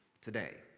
today